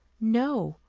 no,